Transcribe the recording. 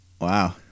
Wow